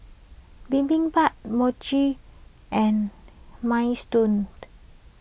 Bibimbap Mochi and Minestrone